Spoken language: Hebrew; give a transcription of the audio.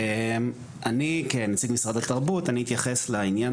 אני כנציג משרד התרבות אני אתייחס לעניין